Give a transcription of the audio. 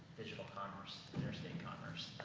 digital commerce, interstate commerce,